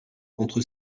contre